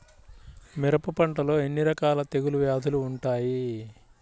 మిరప పంటలో ఎన్ని రకాల తెగులు వ్యాధులు వుంటాయి?